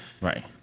Right